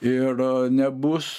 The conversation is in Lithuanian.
ir nebus